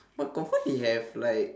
but confirm they have like